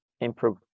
improve